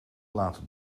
laten